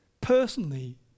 personally